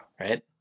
right